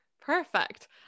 perfect